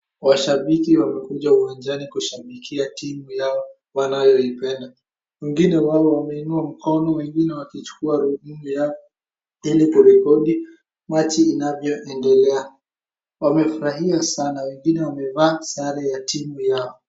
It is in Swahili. Washabiki wamekuja uwanjani kushabikia timu yao wanayoipenda wengine wao wameinua mkono wengine wakichukua rununu yao ili kurekodi mechi inavyo endelea. Wamefurahia sana wengine wamevaa sare ya timu yao.